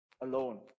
alone